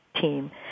team